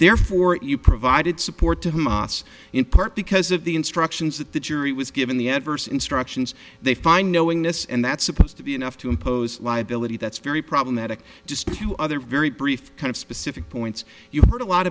therefore you provided support to hamas in part because of the instructions that the jury was given the adverse instructions they find knowingness and that's supposed to be enough to impose liability that's very problematic to spew other very brief kind of specific points you've heard a lot